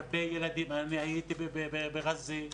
אני הייתי בעזה,